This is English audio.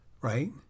right